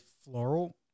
floral